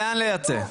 לאן לייצא?